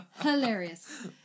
hilarious